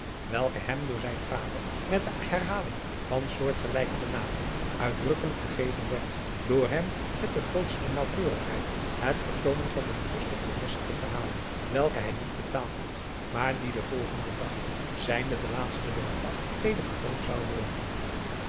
welke hem door zijn vader met de herhaling van soortgelijke benamingen uitdrukkelijk gegeven werd door hem met de grootste naauwkeurigheid het vertoonen van de bewuste promesse te verhalen welke hij niet betaald had maar die den volgenden dag zijnde den laatsten loopdag weder vertoond zou worden